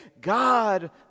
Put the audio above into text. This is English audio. God